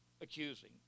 accusing